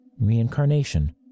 Reincarnation